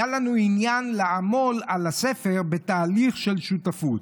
היה לנו עניין לעמול על הספר בתהליך של שותפות.